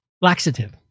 laxative